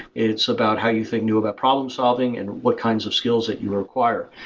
it's about how you think new about problem-solving and what kinds of skills that you require.